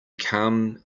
come